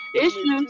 issues